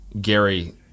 Gary